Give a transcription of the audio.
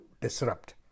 disrupt